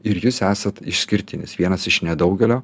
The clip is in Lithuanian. ir jūs esat išskirtinis vienas iš nedaugelio